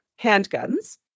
handguns